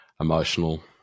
emotional